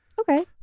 Okay